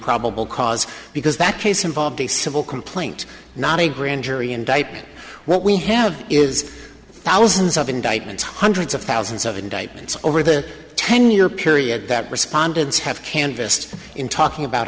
probable cause because that case involved a civil complaint not a grand jury indictment what we have is thousands of indictments hundreds of thousands of indictments over the ten year period that respondents have canvassed in talking about